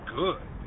good